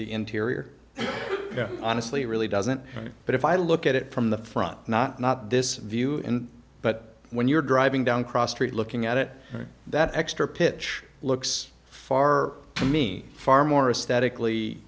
the interior honestly really doesn't but if i look at it from the front not not this view but when you're driving down cross street looking at it that extra pitch looks far to me far more a static